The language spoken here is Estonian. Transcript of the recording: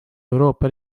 euroopa